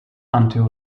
until